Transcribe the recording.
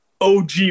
OG